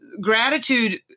gratitude